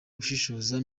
gushishoza